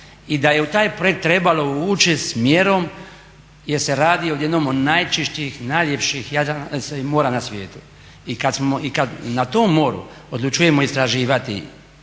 i da je u taj projekt trebalo ući s mjerom jer se radi o jednom od najčišćih i najljepših mora na svijetu. I kada na tom moru odlučujemo istraživati